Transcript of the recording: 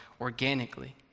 organically